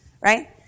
right